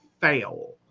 fail